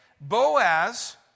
boaz